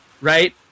Right